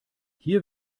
hier